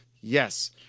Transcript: yes